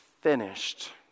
finished